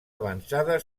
avançada